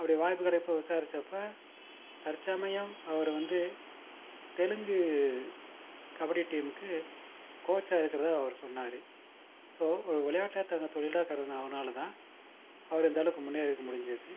அப்படி வாய்ப்பு கிடைக்கிறப்ப விசாரிச்சப்போ தற்சமயம் அவர் வந்து தெலுங்கு கபடி டீமுக்கு கோச் ஆகிட்டதா அவர் சொன்னார் ஸோ ஒரு விளையாட்டை தன்னோடய தொழிலாக கருதுன அதனாலதான் அவர் இந்தளவுக்கு முன்னேறியிருக்கு முடிஞ்சிருக்கு